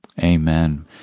Amen